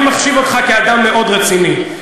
אני מחשיב אותך כאדם מאוד רציני,